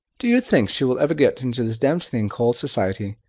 do you think she will ever get into this demmed thing called society?